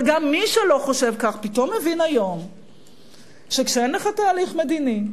אבל גם מי שלא חושב כך פתאום מבין היום שכשאין לך תהליך מדיני,